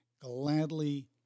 gladly